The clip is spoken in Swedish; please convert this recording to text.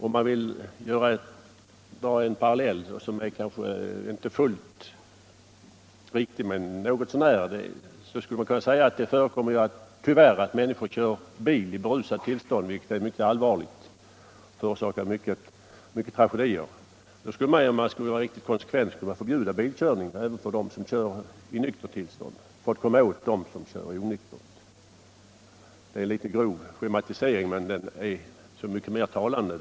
Om man vill dra en parallell som kanske inte är fullt riktig men som i alla fall stämmer något så när, kan man säga: Det förekommer tyvärr att människor kör bil i berusat tillstånd, vilket är mycket allvarligt och förorsakar många tragedier. Skulle man vara riktigt konsekvent finge man då förbjuda bilkörning även för dem som kör i nyktert tillstånd för att komma åt dem som kör i onyktert tillstånd. Det är en grov schematisering, men den är så mycket mer talande.